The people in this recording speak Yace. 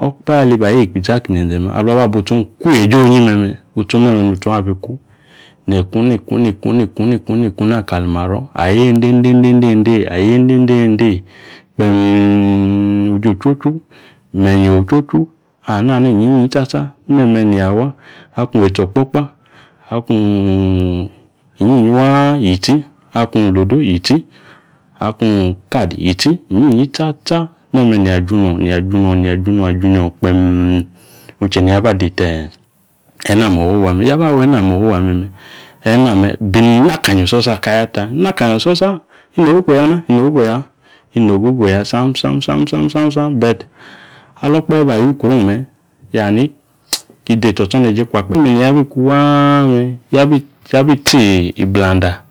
Okpahe aliba ayeka utsi aki inzenze me alung aba butsi ong iku yeeji onyi me̱me̱ utsi ong me̱me̱ nutsi ong abiku neeyi ikuna ikuna lleuna ikuna ikuna ikuna kali maro̱ ayendendendedende eeyi ayendendende eeyi kpeeem uji ochwochu, manyi ochwochu, anana inyiyi tsatsa me̱me̱ neeyi wa. Akung etsi o̱kpo̱kpa, akunnng inyiyi waa yi tsi akung lodo yi tsi akung card yi tsi, inyiyi tsatsa me̱me̱ neeyi ajunong neeyi ajunong neeyi ajunong ajunong kpeem ong che neeyi aba adeta e̱ne̱ ame̱ owowo me̱, yaba usa e̱ne̱ owowa me̱me̱. E̱ne̱ ame̱ binakanya o̱so̱sa kayata. Inakanya o̱so̱sa inogogo yana, inogogo ya, inogogo ya sam sam sam sam sam sam be̱t ali okpalu ba yukro ong me̱. Yani ki deta otsoneje kwa kpe̱. E̱me̱ niyabi ku waa me̱e̱ ya bi tsi iblanda.